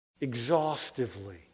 exhaustively